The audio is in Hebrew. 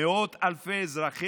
מאות אלפי אזרחים,